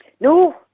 No